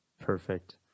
Perfect